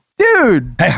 Dude